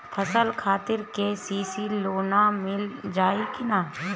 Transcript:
फसल खातिर के.सी.सी लोना मील जाई किना?